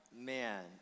man